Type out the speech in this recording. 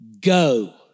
go